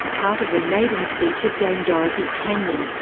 part of the maiden speech of dame dorothy tangney,